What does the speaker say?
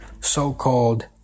so-called